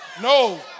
No